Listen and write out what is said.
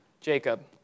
Jacob